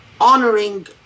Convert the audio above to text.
honoring